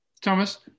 Thomas